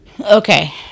Okay